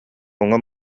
уҥа